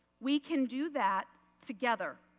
we can do that together.